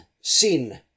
sin